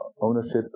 ownership